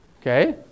Okay